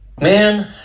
Man